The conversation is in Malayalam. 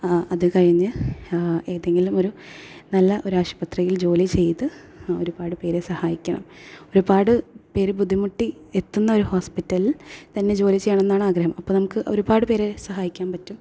അതുകഴിഞ്ഞ് ഏതെങ്കിലും ഒരു നല്ല ഒരു ആശുപത്രിയിൽ ജോലിചെയ്ത് ഒരുപാട് പേരേ സഹായിക്കണം ഒരുപാട് പേർ ബുദ്ധിമുട്ടി എത്തുന്ന ഒരു ഹോസ്പിറ്റലിൽ തന്നെ ജോലി ചെയ്യണമെന്നാണ് ആഗ്രഹം അപ്പം നമുക്ക് ഒരുപാട് പേരേ സഹായിക്കാൻ പറ്റും